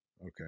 Okay